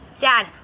Dad